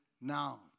now